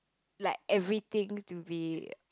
like everything to be